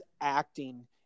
acting